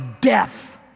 death